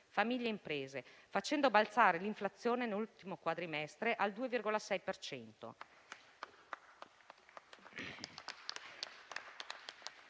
(famiglie e imprese), facendo balzare l'inflazione nell'ultimo quadrimestre al 2,6